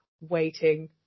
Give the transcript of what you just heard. waiting